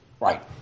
right